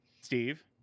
Steve